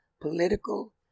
political